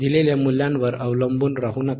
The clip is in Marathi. दिलेल्या मूल्यांवर अवलंबून राहू नका